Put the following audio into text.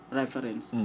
reference